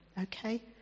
okay